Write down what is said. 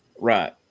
Right